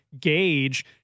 gauge